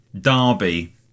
Derby